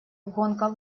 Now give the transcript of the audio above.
гонка